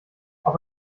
auf